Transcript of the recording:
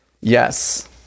Yes